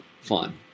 fun